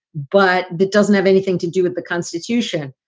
but that doesn't have anything to do with the constitution.